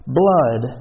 blood